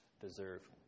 deserve